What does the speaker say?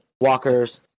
walkers